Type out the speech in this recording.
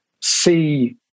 see